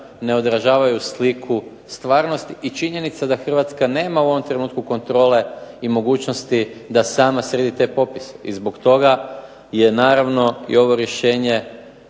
ne odražavaju sliku stvarnosti i činjenica da Hrvatska nema u ovom trenutku kontrole i mogućnosti da sama sredi te popise. I zbog toga je naravno i ovo rješenje